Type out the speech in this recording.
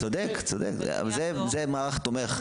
צודק, אבל זה מערך תומך.